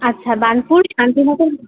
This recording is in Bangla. আচ্ছা বার্নপুর শান্তিনগর